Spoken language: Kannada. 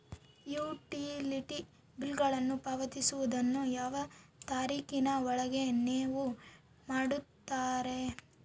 ಯುಟಿಲಿಟಿ ಬಿಲ್ಲುಗಳನ್ನು ಪಾವತಿಸುವದನ್ನು ಯಾವ ತಾರೇಖಿನ ಒಳಗೆ ನೇವು ಮಾಡುತ್ತೇರಾ?